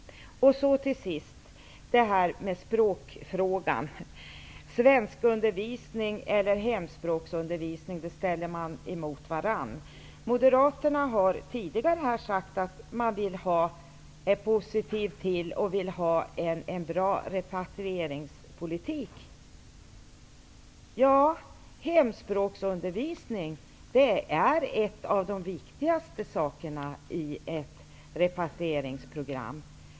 När det gäller språkfrågan ställs här svenskundervisning och hemspråksundervisning mot varandra. Moderaterna har tidigare i dag sagt att de är positiva till en bra repatrieringspolitik. I ett repatrieringsprogram är hemspråksundervisning ett av de viktigaste inslagen.